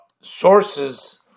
sources